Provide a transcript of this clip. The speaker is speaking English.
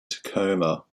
tacoma